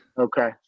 okay